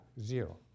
zero